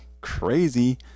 Crazy